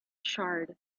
charred